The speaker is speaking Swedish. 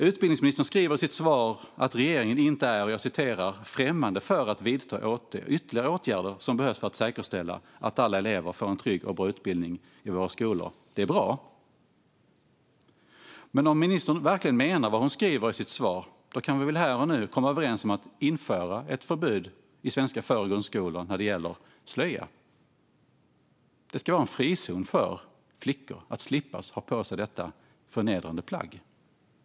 Utbildningsministern säger i sitt svar att regeringen inte är "främmande för att vidta ytterligare åtgärder som behövs för att säkerställa att alla elever får en trygg och bra utbildning i våra skolor". Det är bra. Men om ministern verkligen menar vad hon säger i sitt svar kan vi väl här och nu komma överens om att införa ett förbud mot slöja i svenska för och grundskolor? De ska vara en frizon där flickor slipper ha på sig detta förnedrande plagg.